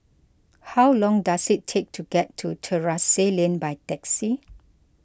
how long does it take to get to Terrasse Lane by taxi